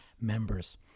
members